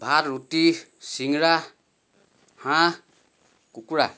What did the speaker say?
ভাত ৰুটি চিঙৰা হাঁহ কুকুৰা